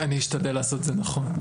אני אשתדל לעשות את זה נכון,